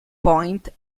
point